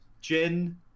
Gin